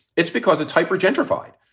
it's because it's hyper gentrified.